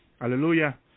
hallelujah